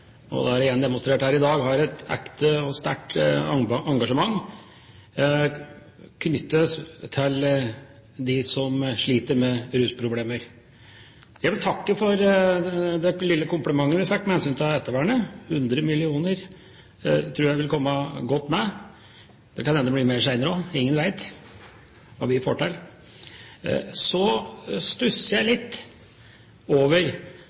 opp de forslag hun refererte til. Det blir replikkordskifte. Jeg vet at representanten Kjønaas Kjos – og det har hun igjen demonstrert her i dag – har et ekte og sterkt engasjement knyttet til dem som sliter med rusproblemer. Jeg vil takke for den lille komplimenten vi fikk med hensyn til ettervernet. 100 mill. kr tror jeg vil komme godt med. Det kan hende det blir mer senere også. Ingen